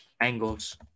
Angles